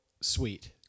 sweet